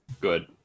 Good